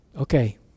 Okay